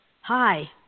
Hi